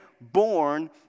born